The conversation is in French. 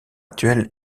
actuel